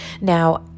Now